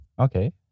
Okay